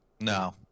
No